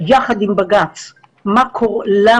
יחד עם בג"צ למה,